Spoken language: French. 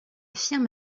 firme